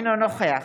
אינו נוכח